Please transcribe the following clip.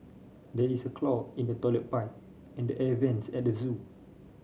there is a clog in the toilet pipe and the air vents at the zoo